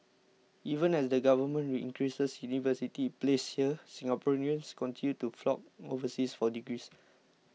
even as the Government increases university places here Singaporeans continue to flock overseas for degrees